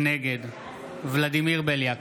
נגד ולדימיר בליאק,